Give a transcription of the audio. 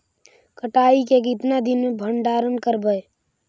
कटाई के कितना दिन मे भंडारन करबय?